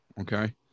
Okay